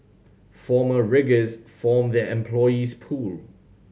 former riggers form their employees pool